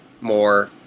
more